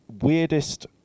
weirdest